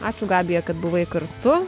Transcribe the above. ačiū gabija kad buvai kartu